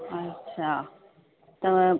अच्छा त